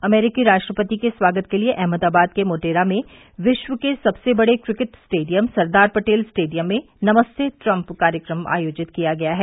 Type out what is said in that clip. अमरीकी राष्ट्रपति के स्वागत के लिये अहमदाबाद के मोटेरा में विश्व के सबसे बड़े cricket stadium Sardar Patel stadium में नमस्ते ट्रम्प कार्यक्रम आयोजित किया गया है